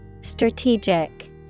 Strategic